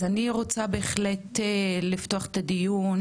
אז אני רוצה בהחלט לפתוח את הדיון